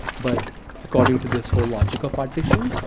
but according to this whole logical partition.